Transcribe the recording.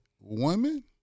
Women